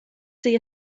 see